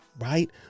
right